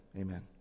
amen